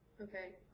Okay